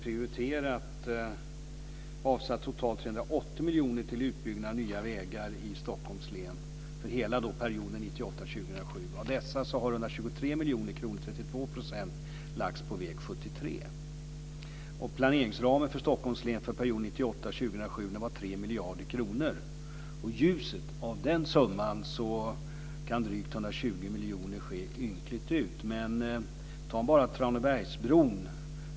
De har avsatt total 380 miljoner kronor till utbyggnad av nya vägar i Stockholms län. Det gäller alltså hela perioden 1998-2007. Av dessa har 123 miljoner kronor, 32 %, lagts på väg 73. 1998-2007 var 3 miljarder kronor. I ljuset av den summan kan drygt 120 miljoner se ynkligt ut. Men ta bara Tranebergsbron.